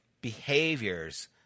behaviors